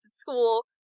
school